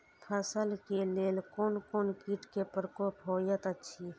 फसल के लेल कोन कोन किट के प्रकोप होयत अछि?